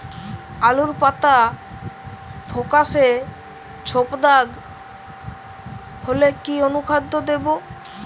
আলুর পাতা ফেকাসে ছোপদাগ হলে কি অনুখাদ্য দেবো?